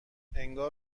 انگار